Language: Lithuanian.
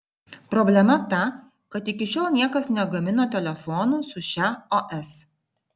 problema ta kad iki šiol niekas negamino telefonų su šia os